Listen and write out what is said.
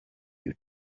you